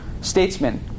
statesmen